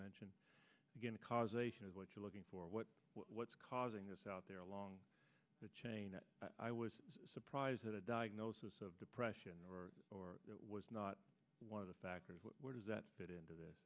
mention causation of what you're looking for what what's causing this out there along the chain i was surprised that a diagnosis of depression or or it was not one of the factors where does that fit into the